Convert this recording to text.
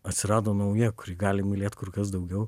atsirado nauja kuri gali mylėt kur kas daugiau